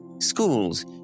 Schools